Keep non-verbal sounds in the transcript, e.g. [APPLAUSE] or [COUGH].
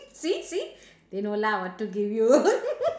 see see they know lah what to give you [LAUGHS]